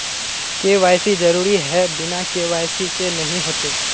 KYC जरुरी है बिना के.वाई.सी के नहीं होते?